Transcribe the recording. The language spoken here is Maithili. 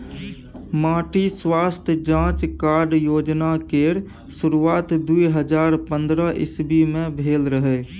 माटि स्वास्थ्य जाँच कार्ड योजना केर शुरुआत दु हजार पंद्रह इस्बी मे भेल रहय